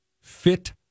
Fit